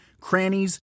crannies